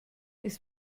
ist